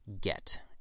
get